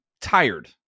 tired